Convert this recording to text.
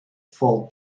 foul